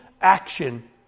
action